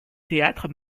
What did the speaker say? théâtre